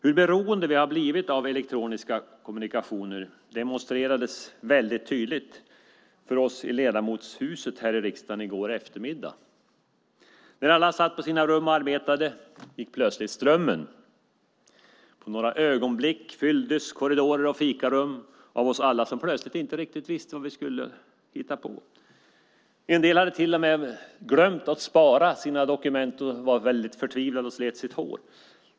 Hur beroende vi har blivit av elektroniska kommunikationer demonstrerades väldigt tydligt för oss i ledamotshuset här i riksdagen i går eftermiddag. När alla satt på sina rum och arbetade gick plötsligt strömmen. På några ögonblick fylldes korridorer och fikarum av oss alla som plötsligt inte riktigt visste vad vi skulle hitta på. En del var mer förtvivlade än andra därför att de hade glömt att spara sina dokument. De var förtvivlade och slet sitt hår.